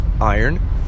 iron